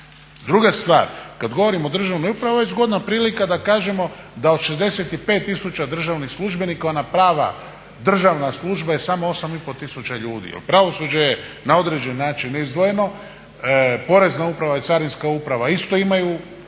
Druga stvar, kad govorimo o državnoj upravi ovo je zgodna prilika da kažemo da od 65 tisuća državnih službenika ona prava državna služba je samo 8,5 tisuća ljudi. Jer pravosuđe je na određeni način izdvojeno, Porezna uprava i Carinska uprava isto imaju